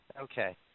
Okay